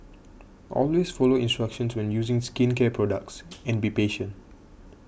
always follow instructions when using skincare products and be patient